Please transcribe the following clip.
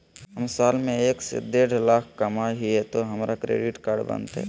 हम साल में एक से देढ लाख कमा हिये तो हमरा क्रेडिट कार्ड बनते?